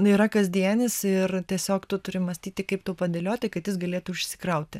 nu yra kasdienis ir tiesiog tu turi mąstyti kaip tau padėlioti kad jis galėtų išsikrauti